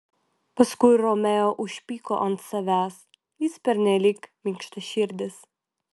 paskui romeo užpyko ant savęs jis pernelyg minkštaširdis